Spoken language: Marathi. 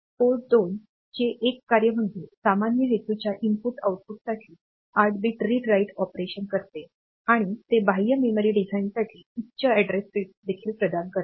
पोर्ट 2 चे एक कार्य म्हणजे सामान्य हेतूच्या इनपुट आउटपुटसाठी 8 बिट रीड राइट ऑपरेशन करते आणी ते बाह्य मेमरी डिझाइनसाठी उच्च अॅड्रेस बिट्स देखील प्रदान करते